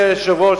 אדוני היושב-ראש,